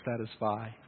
satisfy